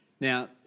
Now